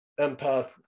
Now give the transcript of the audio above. empath